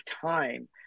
time